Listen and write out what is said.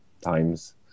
times